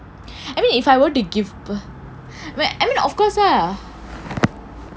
I mean if I were to give birth like of course ah